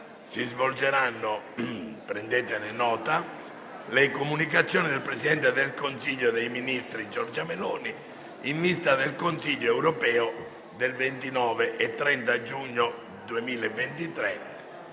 si svolgeranno le comunicazioni del presidente del Consiglio dei ministri Giorgia Meloni in vista del Consiglio europeo del 29 e 30 giugno 2023.